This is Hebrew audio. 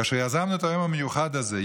כאשר יזמנו את היום המיוחד הזה,